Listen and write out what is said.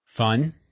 Fun